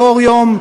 לאור יום,